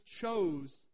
chose